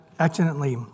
Accidentally